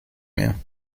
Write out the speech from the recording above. mehr